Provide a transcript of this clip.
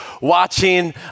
watching